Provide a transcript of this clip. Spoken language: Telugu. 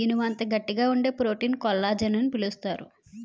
ఇనుము అంత గట్టిగా వుండే ప్రోటీన్ కొల్లజాన్ అని పిలుస్తారు